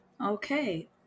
Okay